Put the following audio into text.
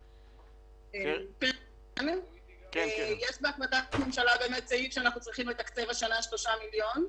יש בהחלטת ממשלה סעיף שאנחנו צריכים לתקצב השנה 3 מיליון,